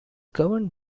governed